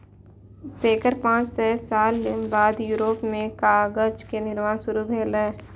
तेकर पांच सय साल बाद यूरोप मे कागज के निर्माण शुरू भेलै